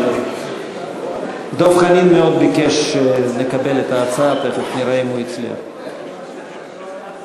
הצעת סיעות חד"ש רע"ם-תע"ל-מד"ע בל"ד להביע אי-אמון בממשלה לא נתקבלה.